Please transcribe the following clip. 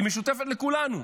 היא משותפת לכולנו.